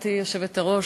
גברתי היושבת-ראש,